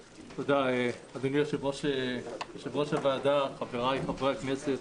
תודה, אדוני יושב-ראש הוועדה, חבריי חברי הכנסת,